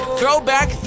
throwback